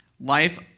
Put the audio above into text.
life